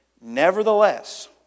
Nevertheless